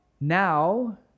Now